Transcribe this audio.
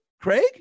Craig